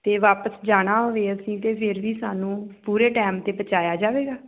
ਅਤੇ ਵਾਪਸ ਜਾਣਾ ਹੋਵੇ ਅਸੀਂ ਤਾਂ ਫਿਰ ਵੀ ਸਾਨੂੰ ਪੂਰੇ ਟਾਈਮ 'ਤੇ ਪਹੁੰਚਾਇਆ ਜਾਵੇਗਾ